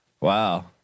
wow